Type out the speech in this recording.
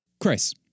Chris